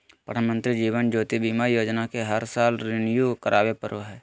प्रधानमंत्री जीवन ज्योति बीमा योजना के हर साल रिन्यू करावे पड़ो हइ